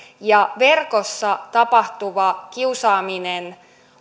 ja verkossa tapahtuva kiusaaminen